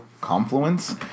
confluence